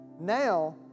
now